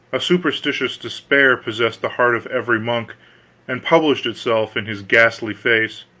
a superstitious despair possessed the heart of every monk and published itself in his ghastly face.